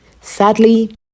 Sadly